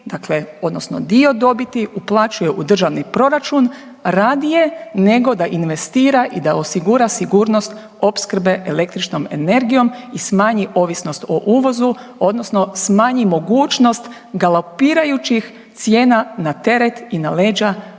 odnosno dio dobiti uplaćuje u državni proračun radije nego da investira i da osigura sigurnost opskrbe električnom energijom i smanji ovisnost o uvozu odnosno smanji mogućnost galopirajućih cijena na teret i na leđa